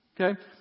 Okay